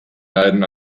leiden